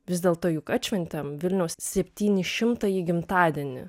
vis dėlto juk atšventėm vilniaus septynišimtąjį gimtadienį